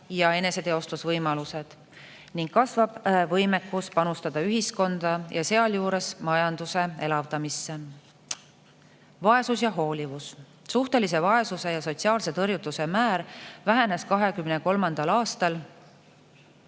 ja eneseteostusvõimalused ning kasvab võimekus panustada ühiskonda, sealjuures majanduse elavdamisse. Vaesus ja hoolivus. Suhtelise vaesuse ja sotsiaalse tõrjutuse määr vähenes 2023. aastal